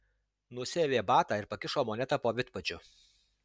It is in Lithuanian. nusiavė batą ir pakišo monetą po vidpadžiu